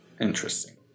Interesting